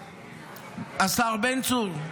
השר בן צור,